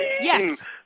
yes